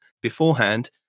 beforehand